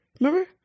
Remember